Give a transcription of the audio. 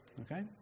Okay